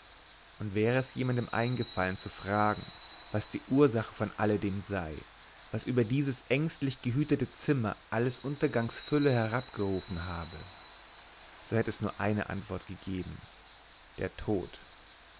und wäre es jemandem eingefallen zu fragen was die ursache von alledem sei was über dieses ängstlich gehütete zimmer alles untergangs fülle herabgerufen habe so hätte es nur eine antwort gegeben der tod